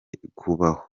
kubaho